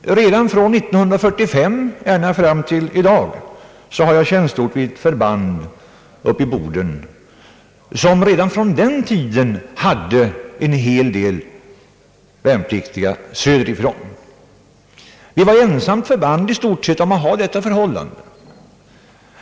Från 1945 och ända fram till i dag har jag tjänstgjort vid förband i Boden, som redan 1945 hade en hel del värnpliktiga söderifrån. Vi var i stort sett ensamma om detta förhållande.